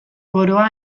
koroa